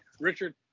Richard